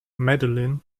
madeline